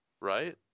Right